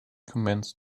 commenced